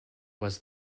was